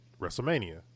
WrestleMania